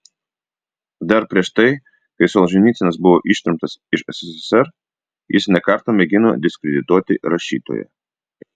dar prieš tai kai solženicynas buvo ištremtas iš sssr jis ne kartą mėgino diskredituoti rašytoją